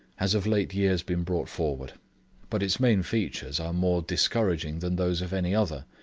has of late years been brought forward but its main features are more discouraging than those of any other.